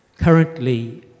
currently